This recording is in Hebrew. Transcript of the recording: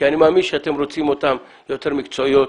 כי אני מאמין שאתם רוצים אותן יותר מקצועיות,